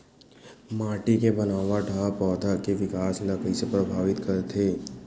माटी के बनावट हा पौधा के विकास ला कइसे प्रभावित करथे?